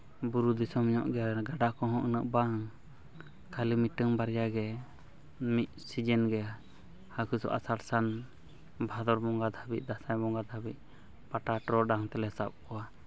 ᱵᱩᱨᱩ ᱫᱤᱥᱚᱢ ᱧᱚᱜ ᱜᱮᱭᱟ ᱜᱟᱰᱟ ᱠᱚᱦᱚᱸ ᱩᱱᱟᱹᱜ ᱵᱟᱝ ᱠᱷᱟᱹᱞᱤ ᱢᱤᱫᱴᱮᱱ ᱵᱟᱨᱭᱟ ᱜᱮ ᱢᱤᱫ ᱥᱤᱡᱮᱱ ᱜᱮ ᱦᱟᱹᱠᱩ ᱫᱚ ᱟᱥᱟᱲ ᱥᱟᱱ ᱵᱷᱟᱸᱫᱚᱨ ᱵᱚᱸᱜᱟ ᱫᱷᱟᱹᱵᱤᱡ ᱫᱟᱸᱥᱟᱭ ᱵᱚᱸᱜᱟ ᱫᱷᱟᱹᱵᱤᱡ ᱯᱟᱴᱟ ᱴᱚᱨᱚᱰᱟᱝ ᱛᱮᱞᱮ ᱥᱟᱵ ᱠᱚᱣᱟ